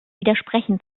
widersprechen